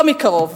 לא מקרוב.